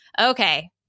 Okay